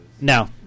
No